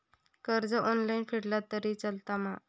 कर्ज ऑनलाइन फेडला तरी चलता मा?